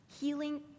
Healing